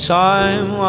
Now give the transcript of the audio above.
time